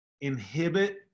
inhibit